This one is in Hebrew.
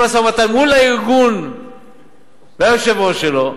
יושבים למשא-ומתן מול הארגון והיושב-ראש שלו,